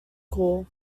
call